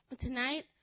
Tonight